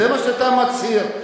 זה מה שאתה מצהיר.